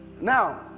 Now